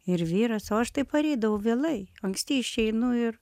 ir vyras o aš tai pareidavau vėlai anksti išeinu ir